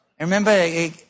Remember